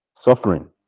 Suffering